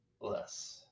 less